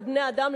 כבני-אדם,